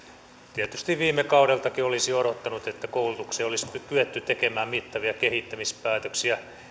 tietysti viime kaudeltakin olisi odottanut että koulutuksesta olisi kyetty tekemään mittavia kehittämispäätöksiä